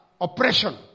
oppression